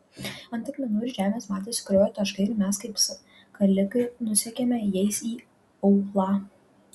ant akmenų ir žemės matėsi kraujo taškai ir mes kaip skalikai nusekėme jais į aūlą